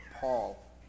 Paul